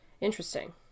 Interesting